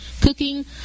cooking